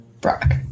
Brock